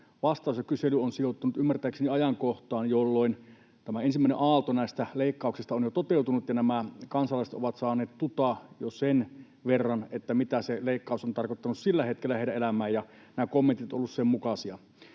vastaukset ovat sijoittuneet ymmärtääkseni ajankohtaan, jolloin tämä ensimmäinen aalto näistä leikkauksista oli jo toteutunut ja nämä kansalaiset olivat saaneet tuta jo sen verran siitä, mitä se leikkaus oli tarkoittanut sillä hetkellä heidän elämäänsä, ja nämä kommentit ovat olleet sen mukaisia.